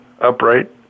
upright